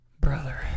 brother